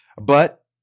but-